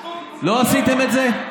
לא עשיתם את זה?